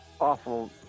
awful